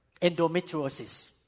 endometriosis